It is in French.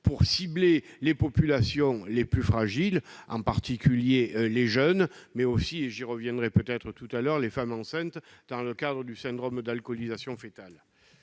pour cibler les populations les plus fragiles, en particulier les jeunes, mais aussi- j'y reviendrai peut-être tout à l'heure -les femmes enceintes, dont la consommation d'alcool peut